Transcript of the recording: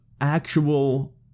actual